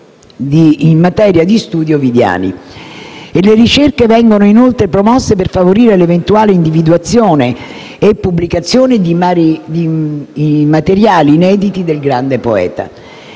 in materia di studi ovidiani. Le ricerche vengono inoltre promosse per favorire l'eventuale individuazione e pubblicazione di materiali inediti del grande poeta.